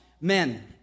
Men